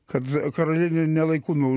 kad karalienė ne laiku nu